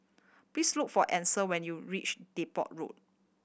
please look for Ansel when you reach Depot Road